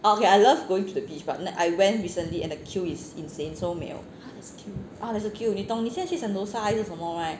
okay I love going to the beach but I went recently and the queue is insane so 没有 ah there's queue 你懂你现在去 sentosa 还是什么 right